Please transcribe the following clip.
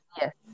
Yes